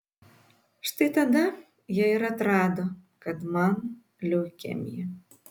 štai tada jie ir atrado kad man leukemija